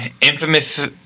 Infamous